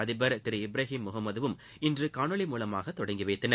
அதிபர் திரு இப்ராஹிம் முகம்மதுவும் இன்று காணொலி மூலமாக தொடங்கி வைத்தனர்